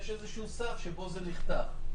יש איזה סף שבו זה נחתך.